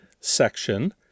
section